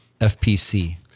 FPC